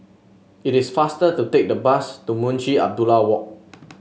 it is faster to take the bus to Munshi Abdullah Walk